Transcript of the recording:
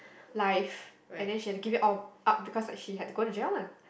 life and then she had to give it all up because like she had to go to jail lah